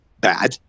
bad